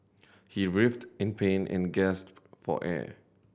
he writhed in pain and gasped for air